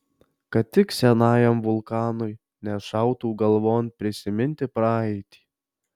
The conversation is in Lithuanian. kad tik senajam vulkanui nešautų galvon prisiminti praeitį